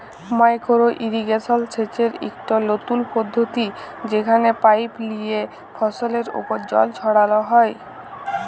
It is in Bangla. মাইকোরো ইরিগেশল সেচের ইকট লতুল পদ্ধতি যেখালে পাইপ লিয়ে ফসলের উপর জল ছড়াল হ্যয়